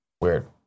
weird